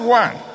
one